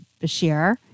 Bashir